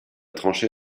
tranchée